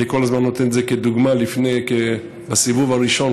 אני כל הזמן נותן את זה כדוגמה: בסיבוב הראשון,